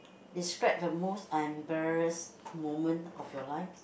describe the most embarrassed moment of your life